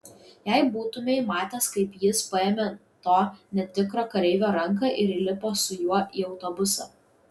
jei būtumei matęs kaip jis paėmė to netikro kareivio ranką ir įlipo su juo į autobusą